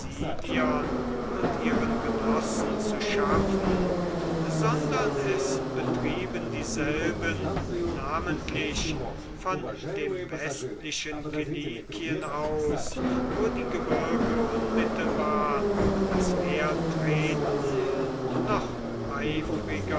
und ihren genossen zu schaffen sondern es betrieben dieselben namentlich von dem westlichen kilikien aus wo die gebirge unmittelbar an das meer treten noch eifriger